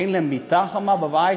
אין להם מיטה חמה בבית,